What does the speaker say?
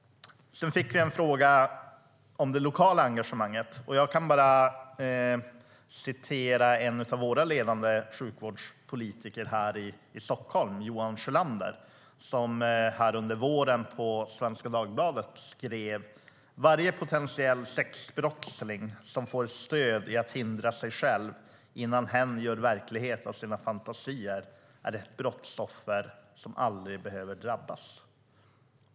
Sedan fick vi en fråga om det lokala engagemanget. Jag kan då citera en av våra ledande sjukvårdspolitiker här i Stockholm, Johan Sjölander, som under våren i Svenska Dagbladet skrev: "Varje potentiell sexbrottsling som får stöd i att hindra sig själv innan hen gör verklighet av sina fantasier är ett brottsoffer som aldrig behöver drabbas."